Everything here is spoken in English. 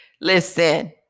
Listen